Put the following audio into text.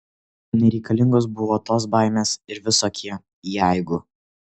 nereikalingos buvo tos baimės ir visokie jeigu